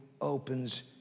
opens